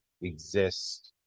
exist